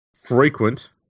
frequent